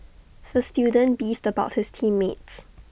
the student beefed about his team mates